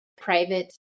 private